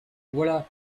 voilà